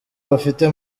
bafite